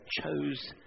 chose